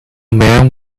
man